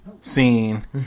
scene